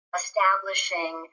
establishing